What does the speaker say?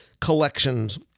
collections